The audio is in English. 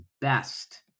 best